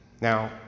Now